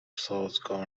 سازگار